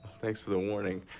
thanks for the warning.